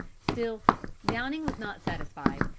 still downing was not satisfied,